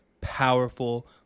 powerful